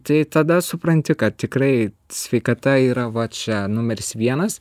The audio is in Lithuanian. tai tada supranti kad tikrai sveikata yra va čia numeris vienas